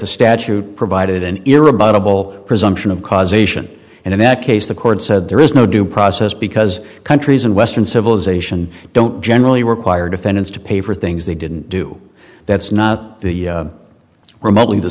the statute provided an era bubble presumption of causation and in that case the court said there is no due process because countries in western civilization don't generally require defendants to pay for things they didn't do that's not the remotely the